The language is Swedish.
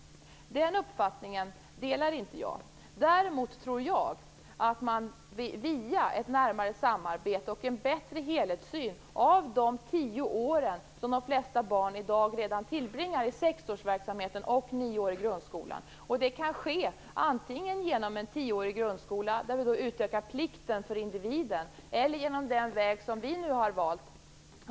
Den uppfattningen delar inte jag. Däremot tror jag på ett närmare samarbete och en bättre helhetssyn vad gäller de tio år som de flesta barn i dag redan tillbringar i sexårsverksamheten och i den nioåriga grundskolan. Det kan ske antingen genom en tioårig grundskola, där vi utökar plikten för individen, eller genom att man går den väg vi har valt.